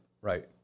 Right